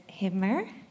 Himmer